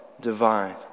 divine